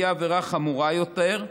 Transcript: היא עבירה חמורה יותר,